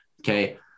Okay